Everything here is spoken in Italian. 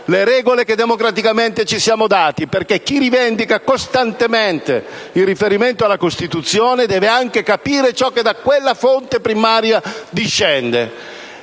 le regole che democraticamente ci siamo dati, perché chi rivendica costantemente il riferimento alla Costituzione deve anche capire ciò che da quella fonte primaria discende,